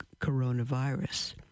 coronavirus